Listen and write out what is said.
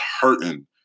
hurting